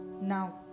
Now